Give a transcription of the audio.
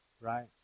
right